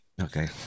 okay